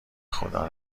بخدا